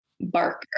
barker